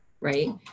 right